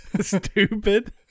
Stupid